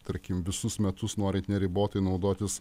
tarkim visus metus norint neribotai naudotis